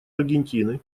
аргентины